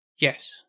Yes